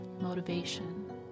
motivation